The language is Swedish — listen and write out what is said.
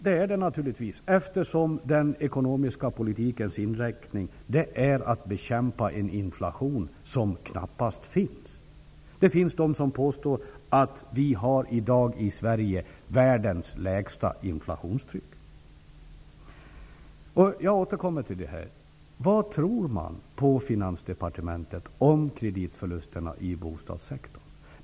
Så är det naturligtvis, eftersom den ekonomiska politikens inriktning är att bekämpa en inflation som knappast finns. Det finns de som påstår att vi i dag har världens lägsta inflationstryck i Sverige. Vad tror man på Finansdepartementet om kreditförlusterna i bostadssektorn?